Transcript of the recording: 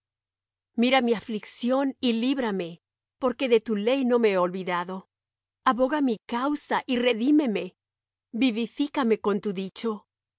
mira mi aflicción y líbrame porque de tu ley no me he olvidado aboga mi causa y redímeme vivifícame con tu dicho